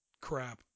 crap